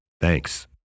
Thanks